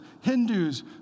Hindus